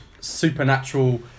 supernatural